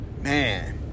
Man